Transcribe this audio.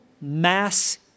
mass